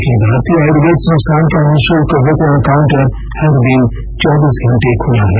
अखिल भारतीय आयुर्वेद संस्थान का निःशुल्क वितरण काउंटर हर दिन चौबीस घंटे खुला है